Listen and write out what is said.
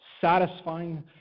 satisfying